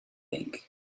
think